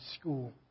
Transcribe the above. school